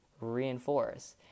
reinforce